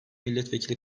milletvekili